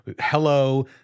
hello